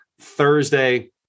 Thursday